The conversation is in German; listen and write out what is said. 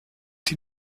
die